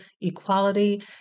equality